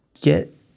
Get